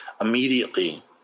immediately